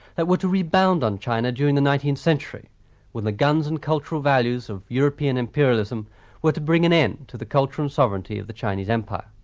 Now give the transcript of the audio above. that were to rebound on china during the nineteenth century when the guns and cultural values of european imperialism were to bring an end to the cultural sovereignty of the chinese empire,